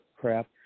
crap